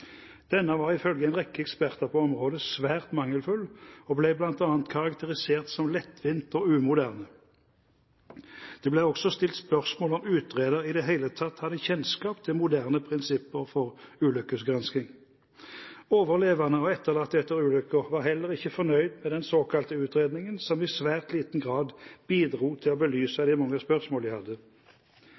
Denne var ifølge en rekke eksperter på området svært mangelfull og ble bl.a. karakterisert som lettvint og umoderne. Det ble også stilt spørsmål om utreder i det hele tatt hadde kjennskap til moderne prinsipper for ulykkesgransking. Overlevende og etterlatte etter ulykken var heller ikke fornøyd med den såkalte utredningen, som i svært liten grad bidro til å belyse de mange spørsmål de hadde.